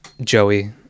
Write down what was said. Joey